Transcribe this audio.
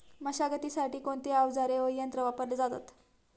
मशागतीसाठी कोणते अवजारे व यंत्र वापरले जातात?